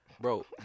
Bro